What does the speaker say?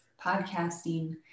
podcasting